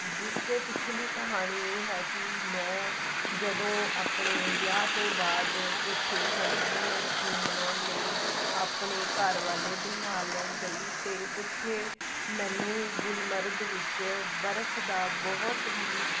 ਜਿਸ ਦੇ ਪਿਛਲੀ ਕਹਾਣੀ ਇਹ ਹੈ ਕਿ ਮੈਂ ਜਦੋਂ ਆਪਣੇ ਵਿਆਹ ਤੋਂ ਬਾਅਦ ਉੱਥੇ ਹਨੀਮੂਨ ਨੂੰ ਮਨਾਉਣ ਲਈ ਆਪਣੇ ਘਰ ਵਾਲੇ ਦੇ ਨਾਲ ਗਈ ਅਤੇ ਉੱਥੇ ਮੈਨੂੰ ਗੁਲ ਮਰਗ ਵਿੱਚ ਬਰਫ ਦਾ ਬਹੁਤ ਹੀ